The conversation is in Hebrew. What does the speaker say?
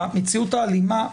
המציאות האלימה,